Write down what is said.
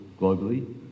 globally